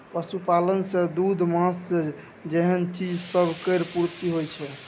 पशुपालन सँ दूध, माँस जेहन चीज सब केर पूर्ति होइ छै